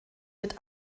mit